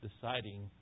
deciding